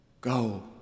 Go